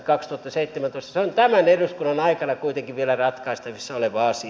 se on tämän eduskunnan aikana kuitenkin vielä ratkaistavissa oleva asia